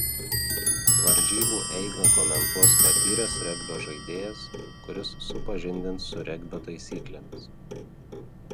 varžybų eigą komentuos patyręs regbio žaidėjas kuris supažindins su regbio taisyklėmis